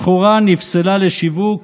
הסחורה נפסלה לשיווק,